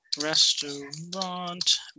restaurant